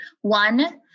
one